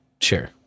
Sure